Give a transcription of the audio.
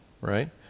right